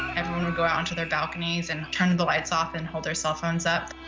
everyone would go out onto their balconies and turn the lights off and hold their cell phones up.